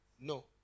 No